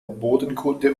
bodenkunde